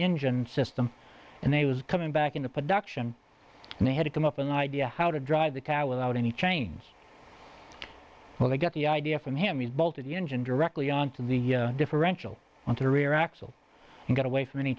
engine system and they was coming back into production and they had to come up with an idea how to drive the car without any chains or they got the idea from him he bolted the engine directly on to the differential on the rear axle and got away from any